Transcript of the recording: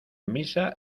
misa